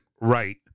Right